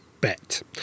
bet